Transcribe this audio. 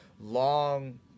long